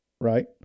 Right